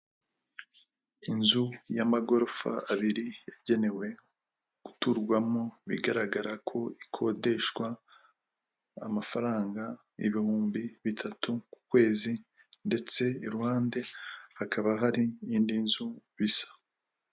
Inzu y'amagorofa abiri yagenewe guturwamo bigaragara ko ikodeshwa amafaranga ibihumbi bitatu ku kwezi ndetse iruhande hakaba hari indi nzu bisa.